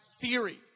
theory